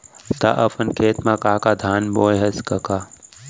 त अपन खेत म का का धान बोंए हस कका?